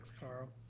carl.